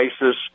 ISIS